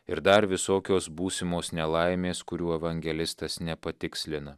ir dar visokios būsimos nelaimės kurių evangelistas nepatikslina